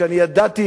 שאני ידעתי,